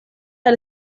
del